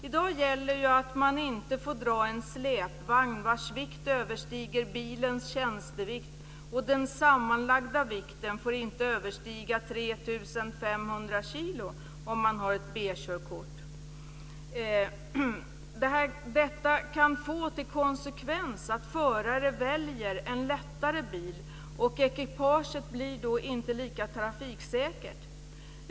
I dag gäller ju att man inte får dra en släpvagn vars vikt överstiger bilens tjänstevikt, och den sammanlagda vikten får inte överstiga 3 500 kilo om man har ett B körkort. Detta kan få till konsekvens att förare väljer en lättare bil och att ekipaget då inte blir lika trafiksäkert.